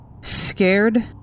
Scared